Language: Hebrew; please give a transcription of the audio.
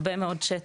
הרבה מאוד שטח,